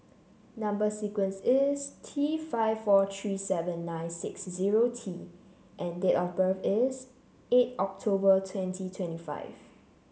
number sequence is T five four three seven nine six zero T and date of birth is eight October twenty twenty five